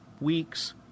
weeks